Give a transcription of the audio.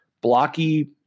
blocky